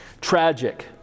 Tragic